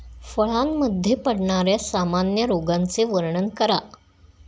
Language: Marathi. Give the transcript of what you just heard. फळांमध्ये पडणाऱ्या सामान्य रोगांचे वर्णन करा